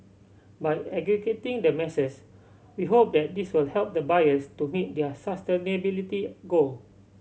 by aggregating the masses we hope that this will help the buyers to meet their sustainability goal